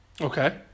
Okay